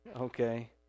Okay